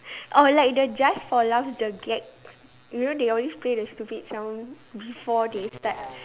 oh like the just for laughs the gag you know they always play the stupid song before they start